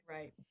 Right